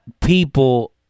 people